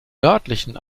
nördlichen